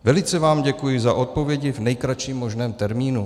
Velice vám děkuji za odpovědi v nejkratším možném termínu.